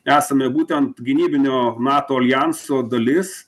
esame būtent gynybinio nato aljanso dalis